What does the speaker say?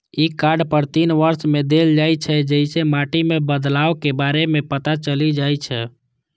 ई card हर तीन वर्ष मे देल जाइ छै, जइसे माटि मे बदलावक बारे मे पता चलि जाइ छै